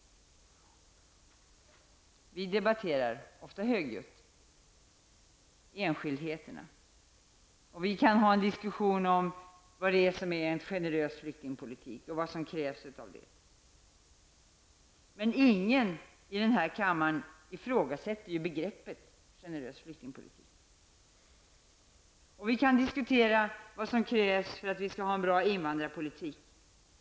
Vi debatterar ofta högljutt enskildheterna. Vi kan också ha en diskussion om vad som är en generös flyktingpolitik och vad som krävs av en sådan. Men ingen i denna kammare ifrågasätter begreppet generös flyktingpolitik. Vi kan diskutera vad som krävs för att vi skall kunna ha en bra invandringspolitik.